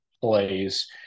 plays